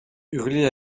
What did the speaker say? hurler